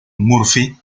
murphy